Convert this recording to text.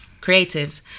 creatives